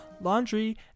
laundry